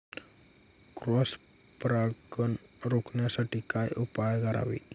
Cross परागकण रोखण्यासाठी काय उपाय करावे?